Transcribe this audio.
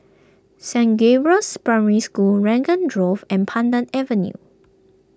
Saint Gabriel's Primary School Raglan drove and Pandan Avenue